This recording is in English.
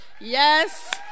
Yes